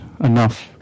enough